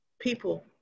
People